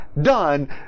done